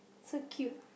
so cute